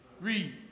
Read